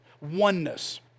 oneness